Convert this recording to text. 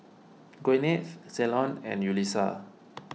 Gwyneth Ceylon and Yulisa